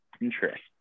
interest